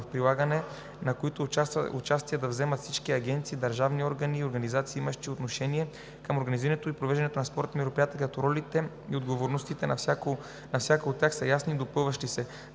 в прилагането на който участие да вземат всички агенции, държавни органи и организации, имащи отношение към организирането и провеждането на спортното мероприятие, като ролите и отговорностите на всяка от тях са ясни и допълващи се.